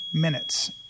minutes